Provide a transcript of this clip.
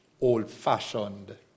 old-fashioned